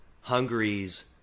Hungary's